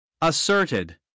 asserted